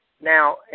Now